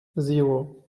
zero